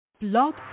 Blog